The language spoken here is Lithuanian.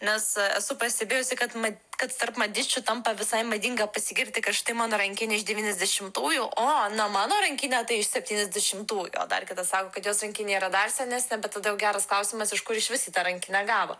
nes esu pastebėjusi kad ma kad tarp mažyčių tampa visai madinga pasigirti kad štai mano rankinė iš devyniasdešimtųjų o na mano rankinė tai iš septyniasdešimtųjų o dar kitas sako kad jos rankinė yra dar senesnė tada jau geras klausimas iš kur išvis ji tą rankinę gavo